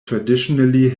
traditionally